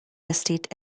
estate